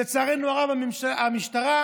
לצערנו הרב המשטרה,